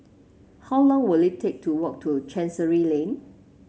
how long will it take to walk to Chancery Lane